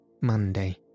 Monday